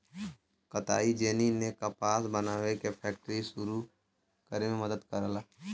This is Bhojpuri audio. कताई जेनी ने कपास बनावे के फैक्ट्री सुरू करे में मदद करला